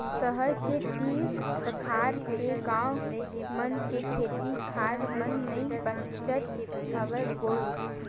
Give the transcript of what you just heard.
सहर के तीर तखार के गाँव मन के खेत खार मन नइ बाचत हवय गोय